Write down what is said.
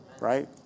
right